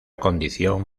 condición